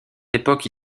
époque